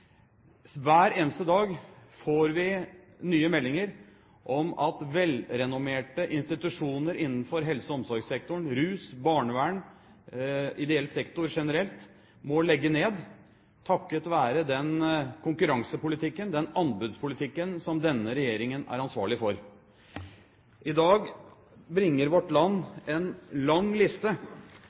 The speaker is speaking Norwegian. generelt, må legge ned takket være den konkurransepolitikken, den anbudspolitikken som denne regjeringen er ansvarlig for. I dag bringer Vårt Land en lang liste